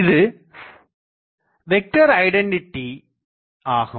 இது vector identity ஆகும்